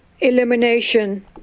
elimination